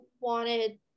wanted